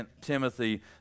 Timothy